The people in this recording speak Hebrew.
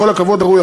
בכל הכבוד הראוי,